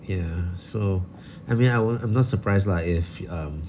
ya so I mean I w~ I'm not surprised lah if um